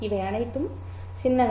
இவை அனைத்தும் சின்னங்கள்